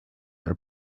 are